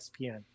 ESPN